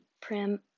Prim